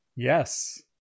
yes